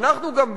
אנחנו גם,